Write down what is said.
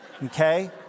Okay